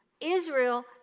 Israel